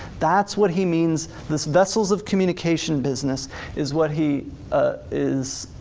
that's what he means, this vessels of communication business is what he ah is,